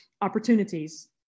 opportunities